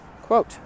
Quote